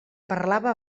parlava